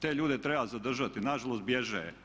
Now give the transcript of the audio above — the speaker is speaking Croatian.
Te ljude treba zadržati, a nažalost bježe.